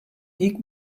ilk